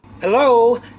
Hello